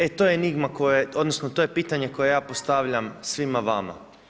E to je enigma, odnosno to je pitanje koje ja postavljam svima vama.